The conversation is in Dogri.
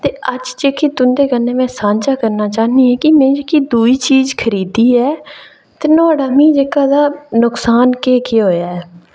ते अज्ज जेह्की तुं'दे कन्नै में सांझा करना चाह्न्नी ऐ कि में जेह्की दुई चीज खरीदी ऐ ते नुआढ़ा मिगी जेह्का तां नुक्सान केह् केह् होएआ ऐ